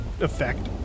effect